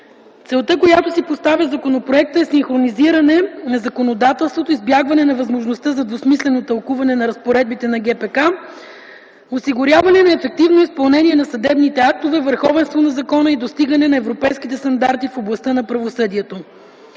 Целта, която си поставя законопроектът, е синхронизиране на законодателството, избягване на възможността за двусмислено тълкуване на разпоредбите на ГПК, осигуряване на ефективно изпълнение на съдебните актове, върховенство на закона и достигане на европейските стандарти в областта на правосъдието.